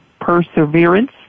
perseverance